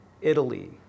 Italy